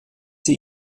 sie